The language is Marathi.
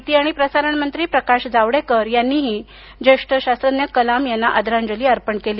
माहिती आणि प्रसारण मंत्री प्रकाश जावडेकर यांनीही ज्येष्ठ शास्त्रज्ञ कलाम यांना आदरांजली अर्पण केली